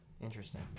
Interesting